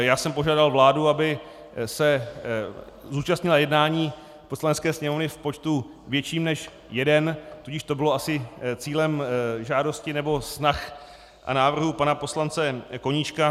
Já jsem požádal vládu, aby se zúčastnila jednání Poslanecké sněmovny v počtu větším než jeden, tudíž to bylo asi cílem žádosti nebo snah a návrhů pana poslance Koníčka.